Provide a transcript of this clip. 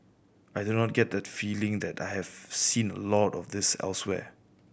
I do not get that feeling that I have seen a lot of this elsewhere